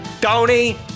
tony